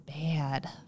bad